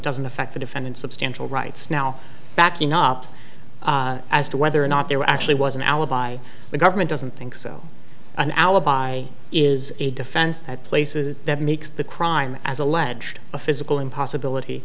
doesn't affect the defendant substantial rights now backing up as to whether or not there actually was an alibi the government doesn't think so an alibi is a defense at places that makes the crime as alleged a physical impossibility